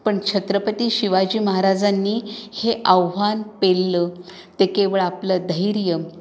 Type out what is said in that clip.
पण छत्रपती शिवाजी महाराजांनी हे आव्हान पेललं ते केवळ आपलं धैर्य